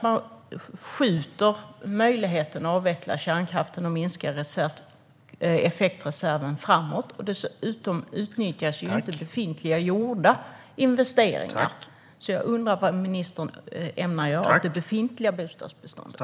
Möjligheterna att avveckla kärnkraften och att minska effektreserven skjuts framåt. Vidare utnyttjas inte gjorda investeringar. Vad ämnar ministern göra åt det befintliga bostadsbeståndet?